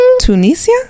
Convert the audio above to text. Tunisia